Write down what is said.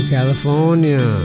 California